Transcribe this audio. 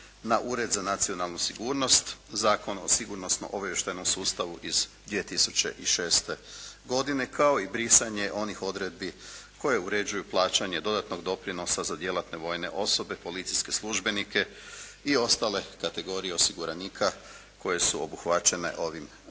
na Ured za nacionalnu sigurnost, Zakon o sigurnosno-obavještajnom sustavu iz 2006. godine kao i brisanje onih odredbi koje uređuju plaćanje dodatnog doprinosa za djelatne vojne osobe, policijske službenike i ostale kategorije osiguranika koje su obuhvaćene ovim predloženim